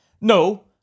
No